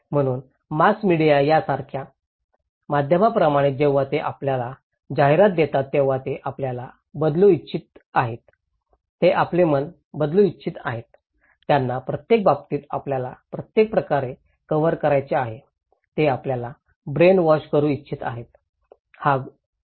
म्हणून mass media सारख्या माध्यमाप्रमाणे जेव्हा ते आपल्याला जाहिरात देतात तेव्हा ते आपल्याला बदलू इच्छित आहेत ते आपले मत बदलू इच्छित आहेत त्यांना प्रत्येक बाबतीत आपल्याला प्रत्येक प्रकारे कव्हर करायचे आहेत ते आपल्याला ब्रेन वॉश करू इच्छित आहेत